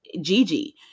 Gigi